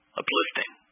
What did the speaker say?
uplifting